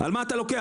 על מה אתה לוקח?